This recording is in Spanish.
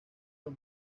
los